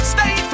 Stay